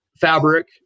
fabric